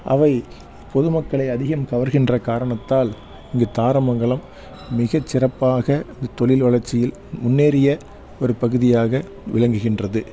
அவை பொதுமக்களை அதிகம் கவர்கின்ற காரணத்தால் இங்கு தாரமங்கலம் மிகச்சிறப்பாக இங்கே தொழில் வளர்ச்சியில் முன்னேறிய ஒரு பகுதியாக விளங்குகின்றது